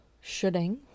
shooting